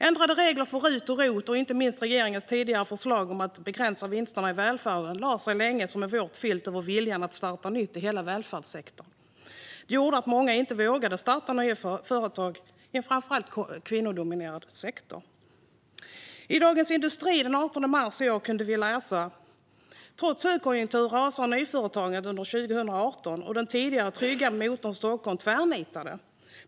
Ändrade regler för RUT och ROT och inte minst regeringens tidigare förslag att begränsa vinsterna i välfärden lade sig länge som en våt filt över viljan att starta nytt i hela välfärdssektorn. Detta gjorde att många inte vågade starta nya företag i en framför allt kvinnodominerad sektor. I Dagens industri den 18 mars i år kunde vi läsa: "Trots högkonjunktur rasade nyföretagandet under 2018 och den tidigare trygga motorn Stockholm tvärnitade.